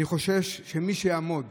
אני חושש שמי שתעמוד